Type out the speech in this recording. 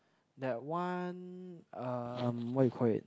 that one um what you call it